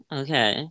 okay